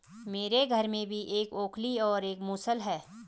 मेरे घर में भी एक ओखली और एक मूसल है